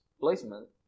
placement